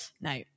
no